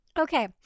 Okay